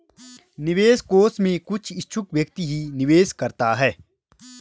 निवेश कोष में कुछ इच्छुक व्यक्ति ही निवेश करता है